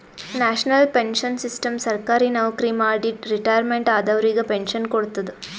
national pension system ಸರ್ಕಾರಿ ನವಕ್ರಿ ಮಾಡಿ ರಿಟೈರ್ಮೆಂಟ್ ಆದವರಿಗ್ ಪೆನ್ಶನ್ ಕೊಡ್ತದ್